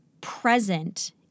present